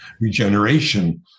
regeneration